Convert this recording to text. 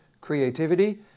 creativity